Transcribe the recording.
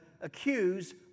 accuse